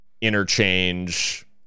interchange